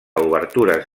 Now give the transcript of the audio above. obertures